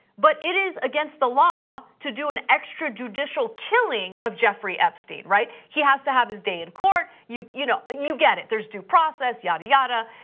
but it is against the law to do an extra judicial killing of jeffrey epstein, right? he has to have his day in court. you you know you get it, there's due process, yada yada.